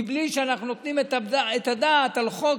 מבלי שאנחנו נותנים את הדעת על החוק,